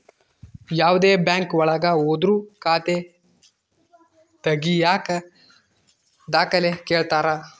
ಯಾವ್ದೇ ಬ್ಯಾಂಕ್ ಒಳಗ ಹೋದ್ರು ಖಾತೆ ತಾಗಿಯಕ ದಾಖಲೆ ಕೇಳ್ತಾರಾ